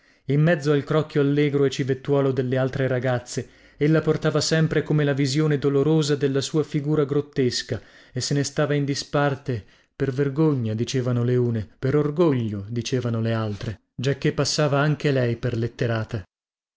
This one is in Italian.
in mezzo al crocchio allegro e civettuolo delle altre ragazze ella portava sempre come la visione dolorosa della sua figura grottesca e se ne stava in disparte per vergogna dicevano le une per orgoglio dicevano le altre giacchè passava anche lei per letterata